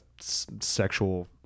sexual